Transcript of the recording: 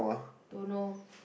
don't know